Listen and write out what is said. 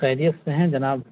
خریت سے ہیں جناب